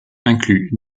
incluent